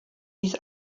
wies